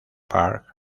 park